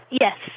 Yes